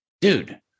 dude